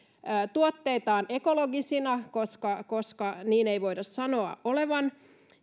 tuotteitaan ekologisina koska koska niin ei voida sanoa olevan